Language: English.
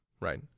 right